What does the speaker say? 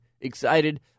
excited